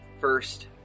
first